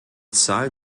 zahl